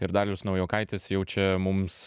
ir dalius naujokaitis jau čia mums